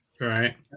Right